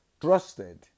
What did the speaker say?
trusted